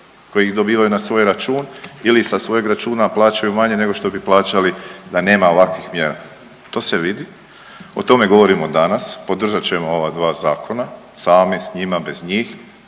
Koji ih dobivaju na svoj račun ili sa svojeg računa plaćaju manje nego što bi plaćali da nema ovakvih mjera. To se vidi. O tome govorimo danas. Podržat ćemo ova dva zakona, sami, s njima, bez njih,